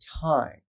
time